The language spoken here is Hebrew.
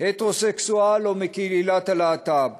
הטרוסקסואל או מקהילת הלהט"ב.